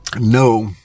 No